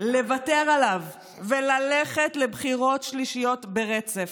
לוותר עליו וללכת לבחירות שלישיות ברצף.